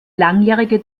langjährige